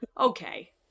okay